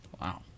Wow